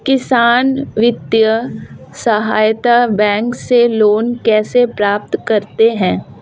किसान वित्तीय सहायता बैंक से लोंन कैसे प्राप्त करते हैं?